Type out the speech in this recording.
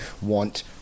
want